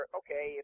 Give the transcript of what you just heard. okay